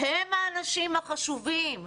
הם האנשים החשובים,